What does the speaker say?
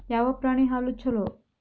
ಯಾವ ಪ್ರಾಣಿ ಹಾಲು ಛಲೋ?